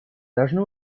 должны